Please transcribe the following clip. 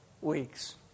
weeks